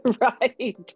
right